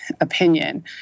opinion